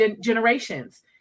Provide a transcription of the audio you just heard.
generations